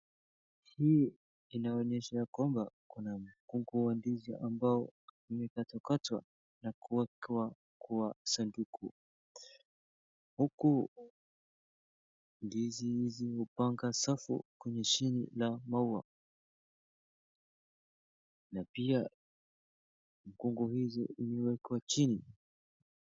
Hii inaoonyesha ya kwamba kuna mkungu wa ndizi ambao umekatwa katwa na kuwekwa kwa sanduku, huku ndizi hizi hupanga safu kwenye sheni la maua na pia mkungu hizi huwekwa chini.